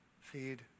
Feed